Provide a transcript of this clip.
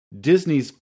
Disney's